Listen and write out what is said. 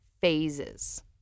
phases